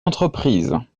entreprises